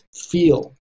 feel